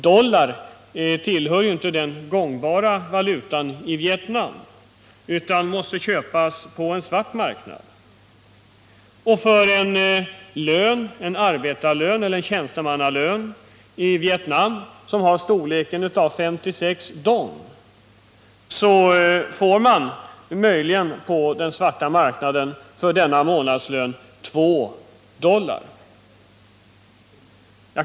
Dollarn är nu inte den gångbara valutan i Vietnam, utan den måste köpas på en svart marknad. En arbetarlön eller tjänstemannalön i Vietnam uppgår till 56 dong i månaden. För denna månadslön får man på den svarta marknaden möjligen 2 dollar.